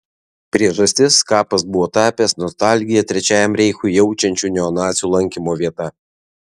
priežastis kapas buvo tapęs nostalgiją trečiajam reichui jaučiančių neonacių lankymo vieta